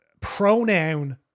pronoun